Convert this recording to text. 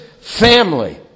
family